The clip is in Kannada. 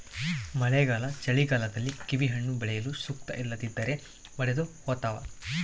ಮಳೆಗಾಲ ಚಳಿಗಾಲದಲ್ಲಿ ಕಿವಿಹಣ್ಣು ಬೆಳೆಯಲು ಸೂಕ್ತ ಇಲ್ಲದಿದ್ದರೆ ಒಡೆದುಹೋತವ